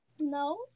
No